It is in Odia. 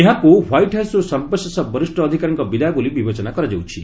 ଏହାକୁ ହ୍ୱାଇଟ୍ ହାଉସ୍ରୁ ସର୍ବଶେଷ ବରିଷ୍ଠ ଅଧିକାରୀଙ୍କ ବିଦାୟ ବୋଲି ବିବେଚନା କରାଯାଉଛି